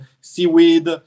seaweed